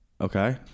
Okay